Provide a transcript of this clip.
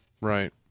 Right